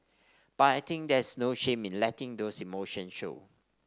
but I think there's no shame in letting those emotions show